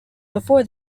before